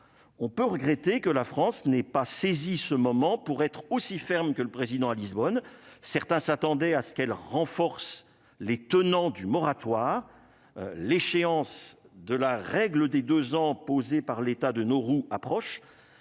on peut regretter que la France n'ait pas saisi ce moment pour être aussi ferme que le président à Lisbonne, certains s'attendaient à ce qu'elle renforce les tenants du moratoire, l'échéance de la règle des 2 ans posées par l'état de Norouz approche